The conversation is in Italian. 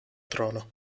trono